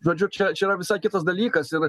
žodžiu čia čia yra visai kitas dalykas ir